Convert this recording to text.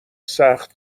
سخت